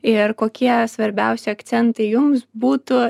ir kokie svarbiausi akcentai jums būtų